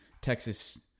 Texas